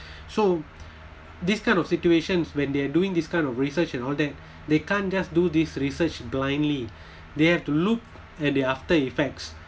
so these kind of situations when they're doing this kind of research and all that they can't just do this research blindly they have to look at the after effects